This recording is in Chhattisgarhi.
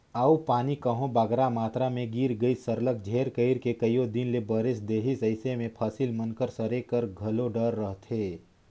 अउ पानी कहांे बगरा मातरा में गिर गइस सरलग झेर कइर के कइयो दिन ले बरेस देहिस अइसे में फसिल मन कर सरे कर घलो डर रहथे